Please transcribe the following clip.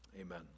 Amen